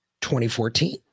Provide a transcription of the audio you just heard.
2014